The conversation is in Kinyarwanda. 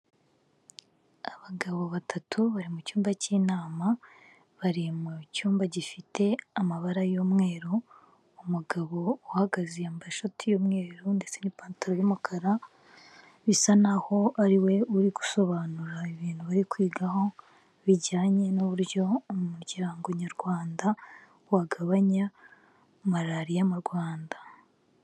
Abagabo batatu bari mu cyumba k'inama, bari mu cyumba gifite amabara y'umweru, umugabo uhagaze ambashati y'umweru ndetse n'ipantaro y'umukara, bisa naho ari we uri gusobanura ibintu bari kwigwaho, bijyanye n'uburyo umuryango nyarwanda wagabanya Malariya mu Rwanda.